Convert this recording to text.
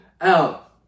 out